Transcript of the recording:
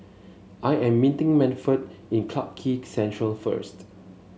I am meeting Manford in Clarke Quay Central first